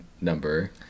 number